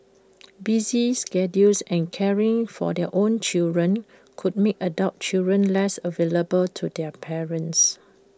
busy schedules and caring for their own children could make adult children less available to their parents